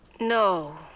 No